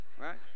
right